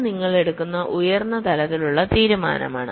ഇത് നിങ്ങൾ എടുക്കുന്ന ഉയർന്ന തലത്തിലുള്ള തീരുമാനമാണ്